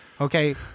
okay